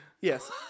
Yes